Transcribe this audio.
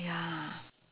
ya